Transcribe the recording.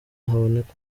haboneka